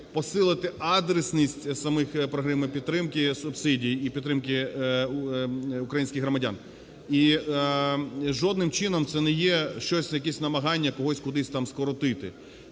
посилити адресність самих програм підтримки субсидій і підтримки українських громадян. І жодним чином це не є якісь намагання когось кудись там скоротити.